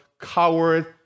coward